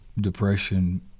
depression